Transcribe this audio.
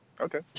Okay